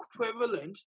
equivalent